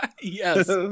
yes